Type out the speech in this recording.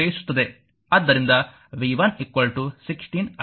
ಆದ್ದರಿಂದ v116i1